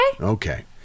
Okay